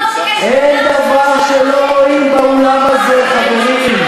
טוב שיש, אין דבר שלא רואים באולם הזה, חברים.